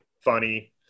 funny